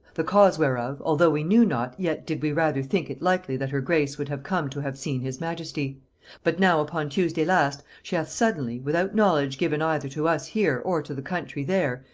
the cause whereof, although we knew not, yet did we rather think it likely that her grace would have come to have seen his majesty but now upon tuesday last, she hath suddenly, without knowledge given either to us here or to the country there,